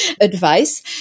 advice